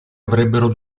avrebbero